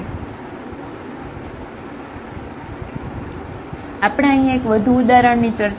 તેથી આપણે અહીં એક વધુ ઉદાહરણની ચર્ચા કરીશું xy2x4 3x2yy2